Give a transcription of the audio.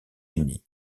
unis